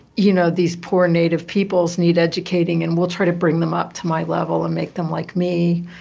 you know, these poor native people need educating, and we'll try to bring them up to my level and make them like me.